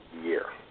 year